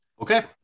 Okay